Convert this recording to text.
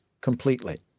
completely